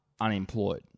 unemployed